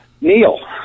Neil